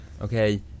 Okay